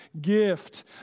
gift